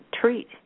treat